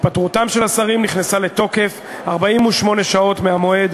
התפטרותם של השרים נכנסה לתוקף 48 שעות מהמועד